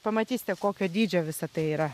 pamatysite kokio dydžio visa tai yra